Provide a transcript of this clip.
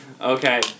Okay